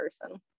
person